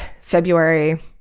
February